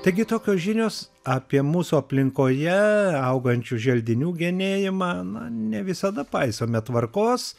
taigi tokios žinios apie mūsų aplinkoje augančių želdinių genėjimą na ne visada paisome tvarkos